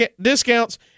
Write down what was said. discounts